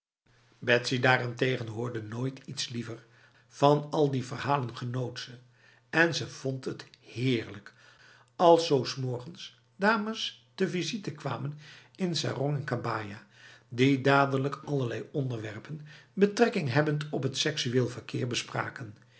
betsy daarentegen hoorde nooit iets liever van al die verhalen genoot zij en ze vond het heerlijk als zo s morgens dames te visite kwamen in sarong en kabaja die dadelijk allerlei onderwerpen betrekking hebbend op t seksueel verkeer bespraken